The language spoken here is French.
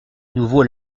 nouveau